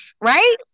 right